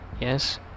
Yes